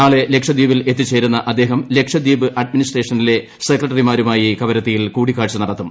നാളെ ലക്ഷദ്വീപിൽ എത്തിച്ചേരുന്ന അദ്ദേഹം ലക്ഷദ്വീപ് അഡ്മിനിസ്ട്രേഷനിലെ സെക്രട്ടറിമാരുമായി കവരത്തിയിൽ കൂടിക്കാഴ്ച നടത്തും